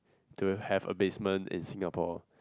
to have a basement in Singapore